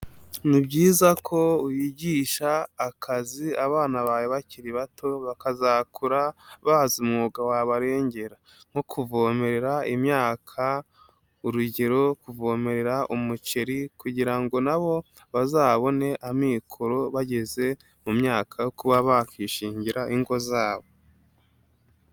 Ni byiza ko wigisha akazi abana bawe bakiri bato bakazakura bazi umwuga wabarengera, nko kuvomerera imyaka, urugero kuvomere umuceri kugira ngo nabo bazabone amikoro bageze mu myaka yo kuba bakwishingira ingo zabo.